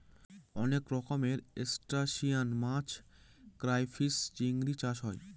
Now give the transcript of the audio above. অনেক রকমের ত্রুসটাসিয়ান মাছ ক্রাইফিষ, চিংড়ি চাষ হয়